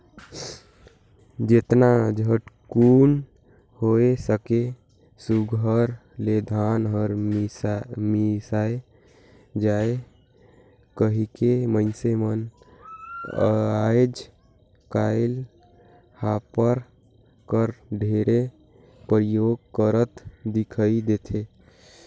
जेतना झटकुन होए सके सुग्घर ले धान हर मिसाए जाए कहिके मइनसे मन आएज काएल हापर कर ढेरे परियोग करत दिखई देथे